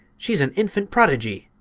she's an infant prodigy!